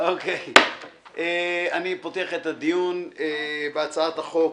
אני מתכבד לפתוח את הדיון בהצעת חוק